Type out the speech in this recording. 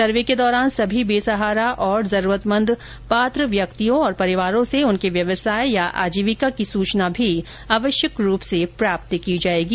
सर्वे के दौरान सभी बेसहारा और जरूरतमंद पात्र व्यक्तियों और परिवारों से उनके व्यवसाय या आजीविका की सूचना भी आवश्यक रूप से प्राप्त की जाएगी